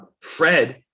Fred